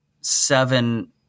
seven